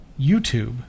YouTube